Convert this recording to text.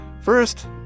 First